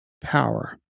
power